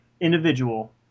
individual